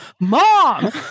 mom